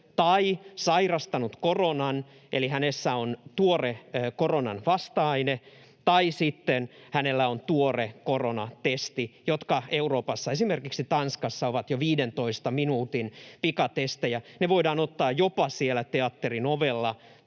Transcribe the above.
tai sairastanut koronan — eli hänessä on tuore koronan vasta-aine — tai sitten hänellä on tuore koronatesti. Euroopassa, esimerkiksi Tanskassa, on jo 15 minuutin pikatestejä. Nämä testit voidaan ottaa jopa siellä teatterin ovella